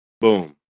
Boom